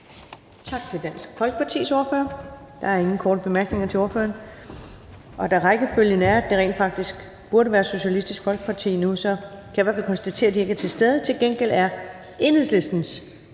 Tak til Dansk Folkepartis ordfører. Der er ingen korte bemærkninger til ordføreren. Rækkefølgen er, at det rent faktisk burde være Socialistisk Folkeparti nu, men jeg kan konstatere, at de ikke er til stede. Til gengæld er Enhedslistens